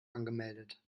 angemeldet